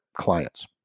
clients